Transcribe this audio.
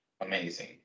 amazing